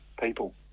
people